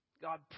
God